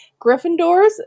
Gryffindors